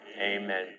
amen